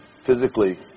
Physically